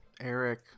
Eric